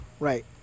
Right